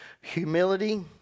humility